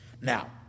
Now